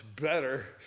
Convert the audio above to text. better